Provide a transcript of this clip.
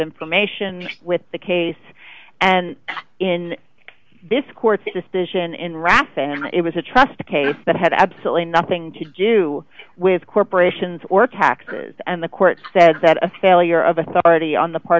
information with the case and in this court's decision in wrath and it was a trust case that had absolutely nothing to do with corporations or taxes and the court said that a failure of authority on the part